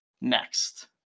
next